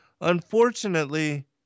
Unfortunately